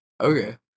Okay